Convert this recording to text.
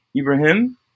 Ibrahim